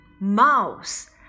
Mouse